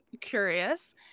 curious